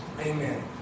Amen